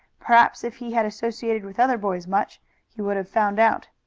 perhaps if he had associated with other boys much he would have found out.